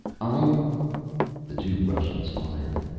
i'm the two russians fired.